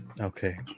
Okay